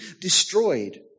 destroyed